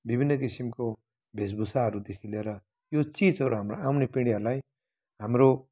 विभिन्न किसिमको वेशभूषाहरूदेखि लिएर यो चिजहरू हाम्रो आउने पिँढीहरूलाई हाम्रो